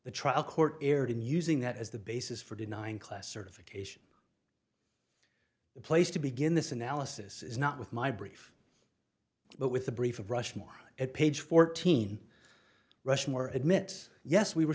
the trial court erred in using that as the basis for denying class certification the place to begin this analysis is not with my brief but with the brief of rushmore at page fourteen rushmore admits yes we were